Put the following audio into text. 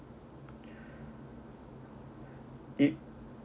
it